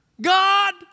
God